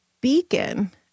beacon—